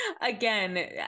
Again